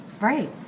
right